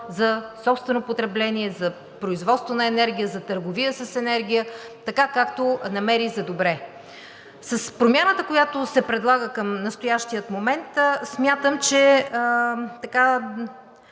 за собствено потребление, за производство на енергия, за търговия с енергия така, както намери за добре. С промяната, която се предлага към настоящия момент, смятам, че изцяло